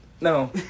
no